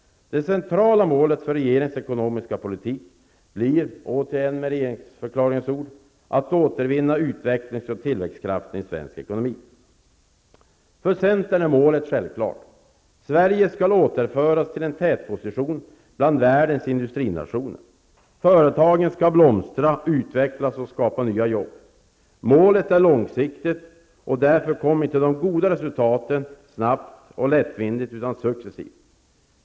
Det centrala målet för regeringens ekonomiska politik blir, återigen med regeringsförklaringens ord, ''att återvinna utvecklings och tillväxtkraften i svensk ekonomi''. För centern är målet självklart. Sverige skall återföras till en tätposition bland världens industrinationer. Företagen skall blomstra, utvecklas och skapa nya jobb. Målet är långsiktigt, och därför kommer inte de goda resultaten snabbt och lättvindigt utan successivt.